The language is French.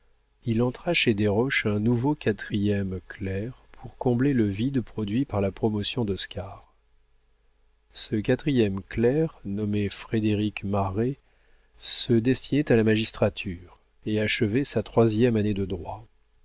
il entra chez desroches un nouveau quatrième clerc pour combler le vide produit par la promotion d'oscar ce quatrième clerc nommé frédéric marest se destinait à la magistrature et achevait sa troisième année de droit